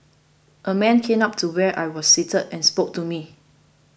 a man came up to where I was seated and spoke to me